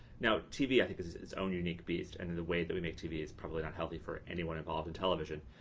now, tv, i think, is is its own unique beast and the way that we make tv is probably not healthy for anyone involved in television.